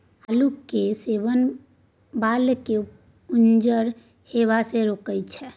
आलूक सेवन बालकेँ उज्जर हेबासँ रोकैत छै